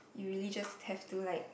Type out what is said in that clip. you really just have to like